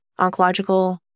oncological